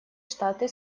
штаты